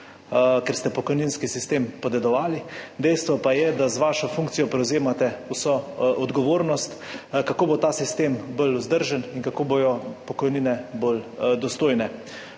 ker ste pokojninski sistem podedovali, dejstvo pa je, da z vašo funkcijo prevzemate vso odgovornost, kako bo ta sistem bolj vzdržen in kako bodo pokojnine bolj dostojne.